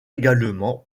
également